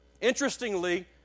Interestingly